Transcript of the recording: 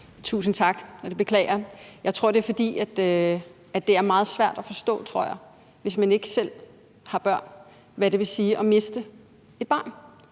Tusind tak. Og det beklager jeg. Men det er, fordi det er meget svært at forstå, tror jeg, hvis man ikke selv har børn, hvad det vil sige at miste et barn.